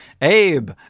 Abe